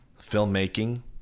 filmmaking